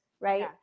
right